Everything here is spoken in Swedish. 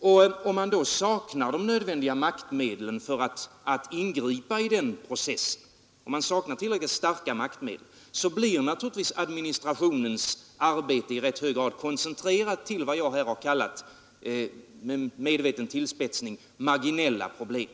Saknar man då tillräckligt starka maktmedel för att ingripa i den processen, så blir naturligtvis administrationens arbete i rätt hög grad koncentrerat till vad jag här med en medveten tillspetsning har kallat marginella problem.